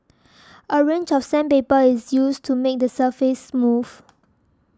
a range of sandpaper is used to make the surface smooth